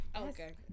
Okay